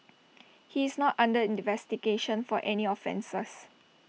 he is not under investigation for any offences